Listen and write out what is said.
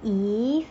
if